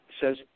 says